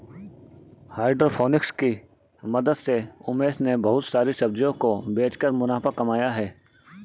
hydroponics की मदद से उमेश ने बहुत सारी सब्जियों को बेचकर मुनाफा कमाया है